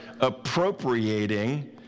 appropriating